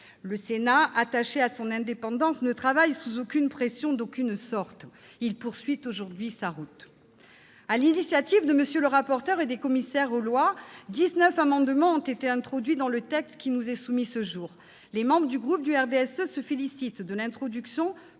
Le Sénat, attaché à son indépendance, ne travaille sous aucune pression d'aucune sorte. Il poursuit aujourd'hui sa route. Sur l'initiative de M. le rapporteur et des membres de la commission des lois, dix-neuf amendements ont été intégrés au texte qui nous est soumis ce jour. Les membres du groupe du RDSE se félicitent de l'introduction,